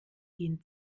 gehen